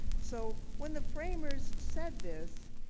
so when the framers said this,